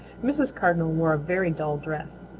mrs. cardinal wore a very dull dress.